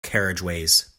carriageways